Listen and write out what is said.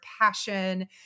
passion